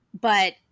But-